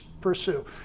pursue